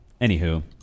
Anywho